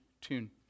tune